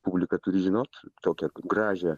publika turi žinot tokią gražią